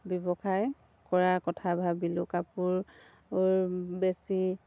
ব্যৱসায় কৰাৰ কথা ভাবিলোঁ কাপোৰ বেচি